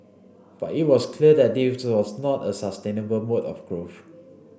but it was clear that was not a sustainable mode of growth